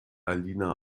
alina